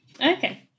Okay